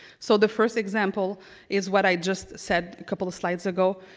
so the first example is what i just said a couple of slides ago.